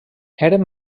eren